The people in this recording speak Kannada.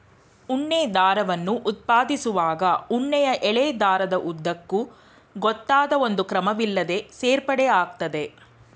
ಉಣ್ಣೆ ದಾರವನ್ನು ಉತ್ಪಾದಿಸುವಾಗ ಉಣ್ಣೆಯ ಎಳೆ ದಾರದ ಉದ್ದಕ್ಕೂ ಗೊತ್ತಾದ ಒಂದು ಕ್ರಮವಿಲ್ಲದೇ ಸೇರ್ಪಡೆ ಆಗ್ತದೆ